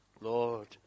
Lord